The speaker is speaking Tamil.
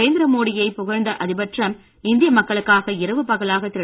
நரேந்திர மோடியை புகழ்ந்த அதிபர் டிரம்ப் இந்திய மக்களுக்காக இரவு பகலாக திரு